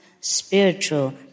spiritual